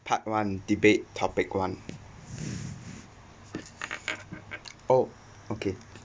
part one debate topic one oh okay